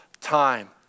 time